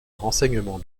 renseignements